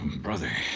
brother